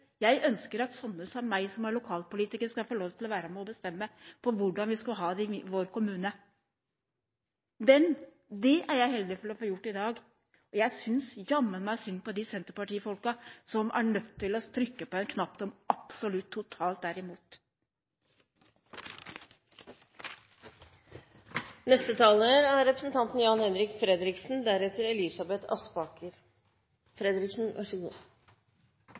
jeg ønsker at sånne som meg, som er lokalpolitikere, skal få lov til å være med og bestemme hvordan vi skal ha det i vår kommune. Det er jeg så heldig at jeg får gjort i dag. Jeg synes jammen meg synd på de Senterparti-folkene som er nødt til å trykke på en knapp de absolutt og totalt er imot. Det ble fra talerstolen spurt om hvorfor regjeringens forslag er så